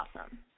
Awesome